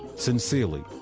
sincerely,